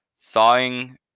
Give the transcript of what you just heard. thawing